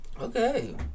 Okay